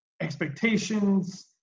expectations